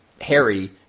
Harry